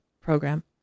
program